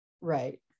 Right